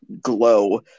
glow